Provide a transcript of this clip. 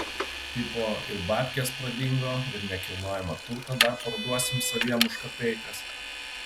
tipo ir babkės pradingo ir nekilnojamą turtą dar parduosim saviem už kapeikas